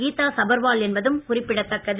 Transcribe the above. கீதா சபர்வால் என்பதும் குறிப்பிடத்தக்கது